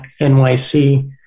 NYC